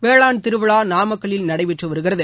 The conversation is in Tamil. வேளாண் திருவிழா நாமக்கல்லில் நடைபெற்று வருகிறது